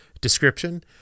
description